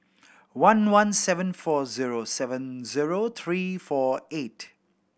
one one seven four zero seven zero three four eight